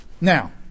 Now